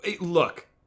Look